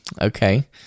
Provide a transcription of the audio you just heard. Okay